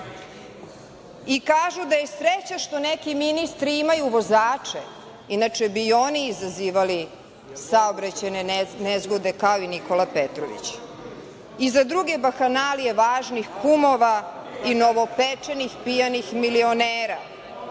Kažu i da je sreća što neki ministri imaju vozače, inače bi i oni izazivali saobraćajne nezgode, kao i Nikola Petrović. I za druge bahanalije važnih kumova i novopečenih pijanih milionera